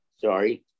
sorry